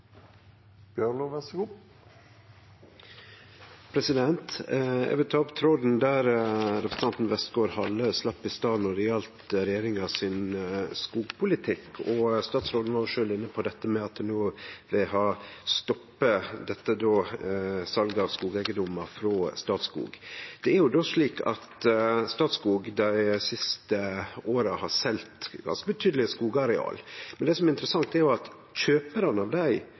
Eg vil ta opp tråden der representanten Westgaard-Halle sleppte han i stad når det gjaldt regjeringa sin skogpolitikk. Statsråden var sjølv inne på dette med at ein no vil stoppe salet av skogeigedomar frå Statskog. Statskog har dei siste åra selt ganske betydelege skogareal, men det som er interessant, er at kjøparane av dei